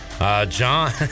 John